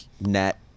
net